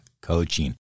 coaching